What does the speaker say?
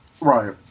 Right